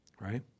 right